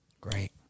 Great